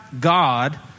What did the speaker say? God